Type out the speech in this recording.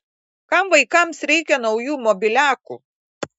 kam vaikams reikia naujų mobiliakų